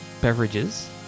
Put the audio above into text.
beverages